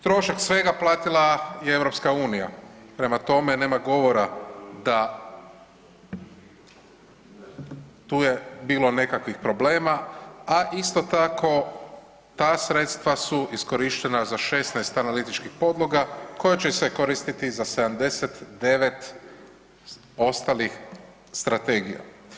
Trošak svega platila je EU, prema tome nema govora da tu je bilo nekakvih problema, a isto tako ta sredstva su iskorištena za 16 analitičkih podloga koje će se koristiti za 79 ostalih strategija.